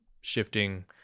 shifting